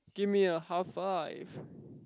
give me a half five